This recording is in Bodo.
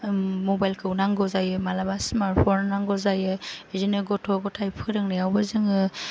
मबाइलखौ नांगौ जायो मालाबा स्मार्ट फन नांगौ जायो बिदिनो गथ' ग'थाय फोरोंनायावबो जोङो